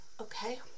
okay